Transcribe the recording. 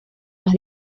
más